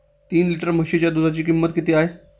तीन लिटर म्हशीच्या दुधाची किंमत किती आहे?